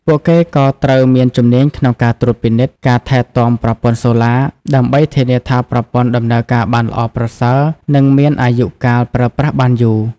ពួកគេក៏ត្រូវមានជំនាញក្នុងការត្រួតពិនិត្យ ការថែទាំប្រព័ន្ធសូឡា ដើម្បីធានាថាប្រព័ន្ធដំណើរការបានល្អប្រសើរ និងមានអាយុកាលប្រើប្រាស់បានយូរ។